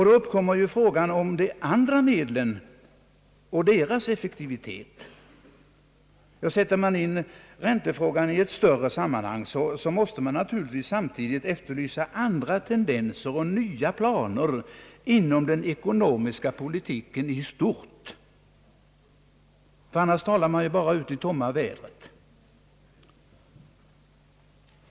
Då uppkommer frågan om de andra medlen och deras effektivitet. Sätter man in räntefrågan i ett större sammanhang, måste man samtidigt efterlysa andra tendenser och nya planer inom den ekonomiska politiken i stort, annars talar man bara ut i tomma vädret.